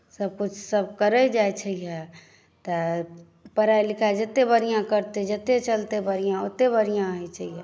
सभकुछ सभ करय जाइत छै यए तऽ पढ़ाइ लिखाइ जतेक बढ़िआँ करतै जतेक चलतै बढ़िआँ ओतेक बढ़िआँ होइत छै यए